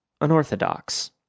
unorthodox